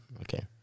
Okay